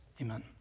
amen